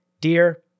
dear